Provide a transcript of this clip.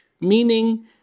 meaning